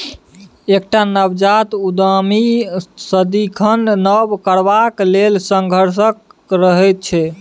एकटा नवजात उद्यमी सदिखन नब करबाक लेल संघर्षरत रहैत छै